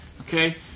Okay